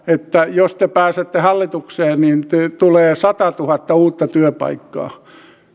että jos te pääsette hallitukseen niin tulee satatuhatta uutta työpaikkaa